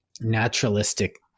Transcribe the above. naturalistic